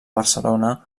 barcelona